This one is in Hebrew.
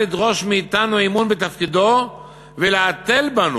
לדרוש מאתנו אמון בתפקידו ולהתל בנו,